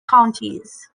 counties